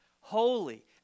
holy